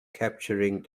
capturing